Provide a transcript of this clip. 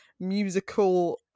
musical